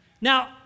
Now